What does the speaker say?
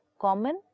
common